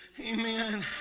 Amen